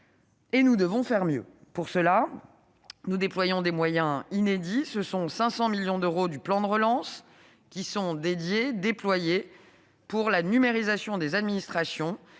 et nous devons faire mieux. Pour cela, nous mobilisons des moyens inédits : 500 millions d'euros du plan de relance sont dédiés à la numérisation des administrations.